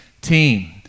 team